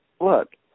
look